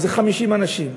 אלו 50 אנשים.